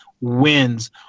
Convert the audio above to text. wins